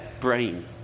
brain